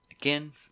Again